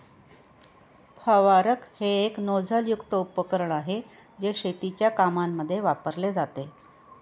फवारक हे एक नोझल युक्त उपकरण आहे, जे शेतीच्या कामांमध्ये वापरले जाते